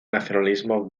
nacionalismo